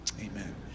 Amen